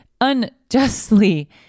unjustly